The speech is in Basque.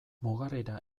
mugarrira